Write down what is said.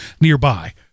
nearby